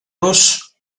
los